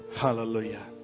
Hallelujah